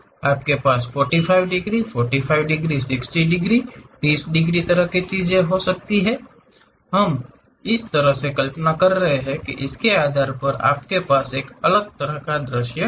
आपके पास 45 degree 45 degree 60 degree 30 degree तरह की चीज हो सकती है हम किस तरह से कल्पना कर रहे हैं इसके आधार पर आपके पास एक अलग तरह का दृश्य होगा